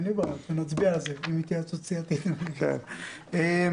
אני מפציר שוב ואומר